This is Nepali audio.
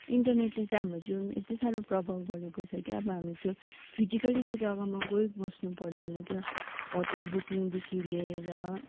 इन्टरनेटले चाहिँ हाम्रो जीवन यति साह्रो प्रभाव गरेको छ कि अब हामी त्यो फिजिकल्ली त्यो जग्गामा गइ बस्नु पर्दैन क्या होटल बुकिङदेखि लिएर